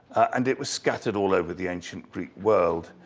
and it was scattered all over the ancient greek world.